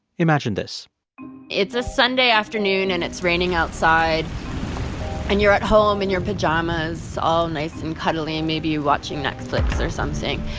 imagine this it's a sunday afternoon, and it's raining outside and you're at home in your pajamas, all nice and cuddly and maybe watching netflix or something.